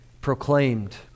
proclaimed